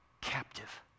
captive